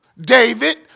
David